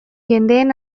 jendeen